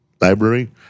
library